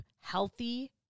healthy